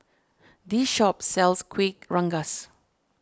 this shop sells Kueh Rengas